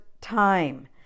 time